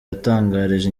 yatangarije